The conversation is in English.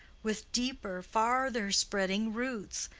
with deeper, farther-spreading roots,